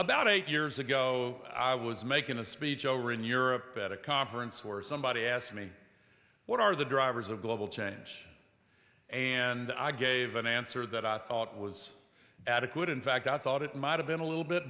about eight years ago i was making a speech over in europe at a conference or somebody asked me what are the drivers of global change and i gave an answer that i thought was adequate in fact i thought it might have been a little bit